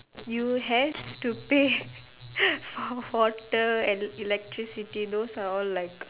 you have to pay for water and electricity those are all like